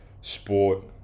sport